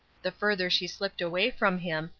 the further she slipped away from him,